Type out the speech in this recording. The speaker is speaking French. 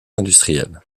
industriels